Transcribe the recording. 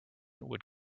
would